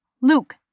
Luke